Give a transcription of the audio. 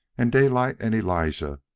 and daylight and elijah,